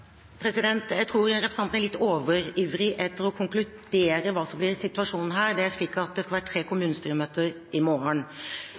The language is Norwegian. Jeg tror at representanten er litt overivrig etter å konkludere med hva som blir situasjonen her. Det er slik at det skal være tre